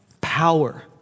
Power